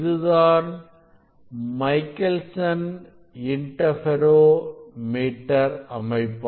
இதுதான் Michelson interferometer அமைப்பு